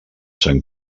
sant